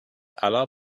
aller